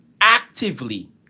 actively